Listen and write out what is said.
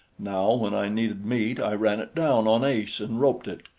now, when i needed meat, i ran it down on ace and roped it,